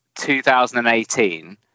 2018